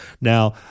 Now